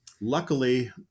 Luckily